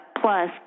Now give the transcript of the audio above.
plus